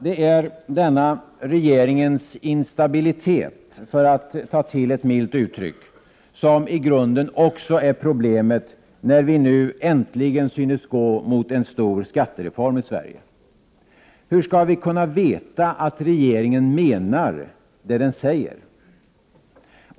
Det är denna regeringens instabilitet, för att ta till ett milt ord, som i grunden också är problemet när vi nu äntligen synes gå mot en stor skattereform i Sverige. Hur skall vi kunna veta att regeringen menar vad den säger?